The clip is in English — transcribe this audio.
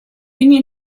union